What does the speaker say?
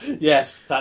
Yes